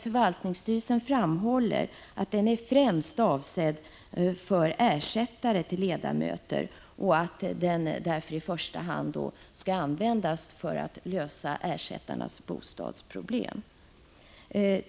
Förvaltningsstyrelsen framhåller emellertid att den främst är avsedd för ersättare till ledamöter och att den därför i första hand skall användas för att lösa ersättarnas bostadsproblem.